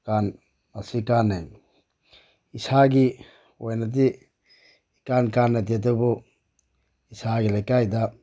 ꯑꯁꯤ ꯀꯥꯟꯅꯩ ꯏꯁꯥꯒꯤ ꯑꯣꯏꯅꯗꯤ ꯏꯀꯥꯟ ꯀꯥꯟꯅꯗꯦ ꯑꯗꯨꯕꯨ ꯏꯁꯥꯒꯤ ꯂꯩꯀꯥꯏꯗ